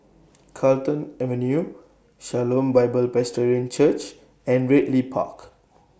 Carlton Avenue Shalom Bible Presbyterian Church and Ridley Park